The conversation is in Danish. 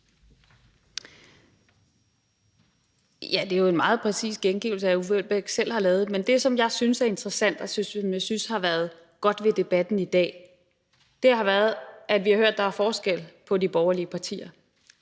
Jamen det er jo en meget præcis gengivelse, hr. Uffe Elbæk selv har lavet. Men det, som jeg synes er interessant og synes har været godt ved debatten i dag, har været, at vi har hørt, at der er forskel på de borgerlige partier.